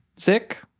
Sick